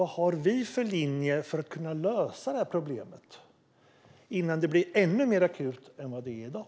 Vad har vi för linje för att kunna lösa detta problem innan det blir ännu mer akut än det är i dag?